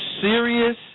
serious –